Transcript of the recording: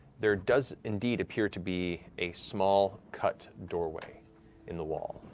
there does indeed appear to be a small, cut doorway in the wall,